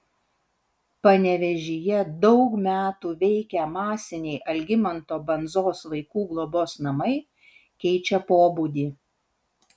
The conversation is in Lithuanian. panevėžyje daug metų veikę masiniai algimanto bandzos vaikų globos namai keičia pobūdį